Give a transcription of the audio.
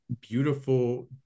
beautiful